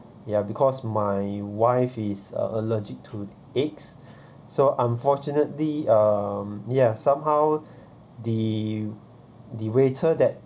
ya because my wife is allergic to eggs so unfortunately um ya somehow the the waiter that